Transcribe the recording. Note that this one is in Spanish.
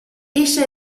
ella